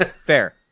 Fair